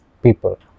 People